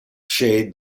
shade